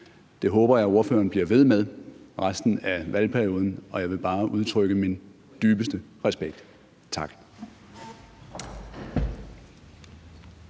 Det håber jeg ordføreren bliver ved med resten af valgperioden. Og jeg vil bare udtrykke min dybeste respekt. Tak.